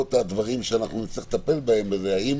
בעקבות הדברים שנצטרך לטפל בהם, האם